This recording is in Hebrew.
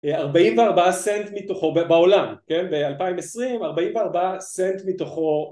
ארבעים וארבעה סנט מתוכו בעולם כן באלפיים עשרים ארבעים וארבעה סנט מתוכו